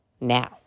now